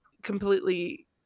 Completely